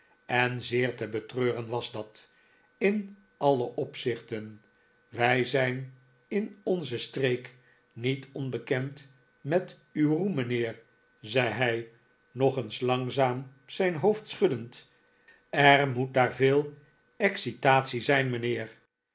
en zeer te betreuren was dat in alle opzichten wij zijn in onze streek niet onbekend met uw roem mijnheer zei hij nog eens langzaam zijn hoofdje schuddend er moet daar veel excitatie zijn mijnheer